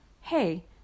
hey